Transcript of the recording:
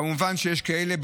כמובן שיש כאלה,